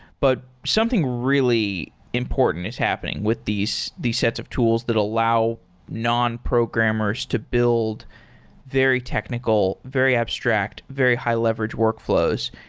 but something really important is happening with these these sets of tools that allow non-programmers to build very technical, very abstract, very high-leverage workflows.